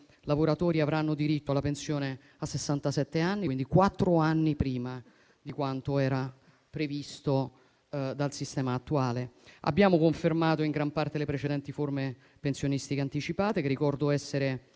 lavoratori avranno diritto alla pensione a sessantasette anni, quindi quattro anni prima di quanto era previsto dal sistema attuale. Abbiamo confermato in gran parte le precedenti forme pensionistiche anticipate, che ricordo essere